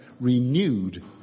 renewed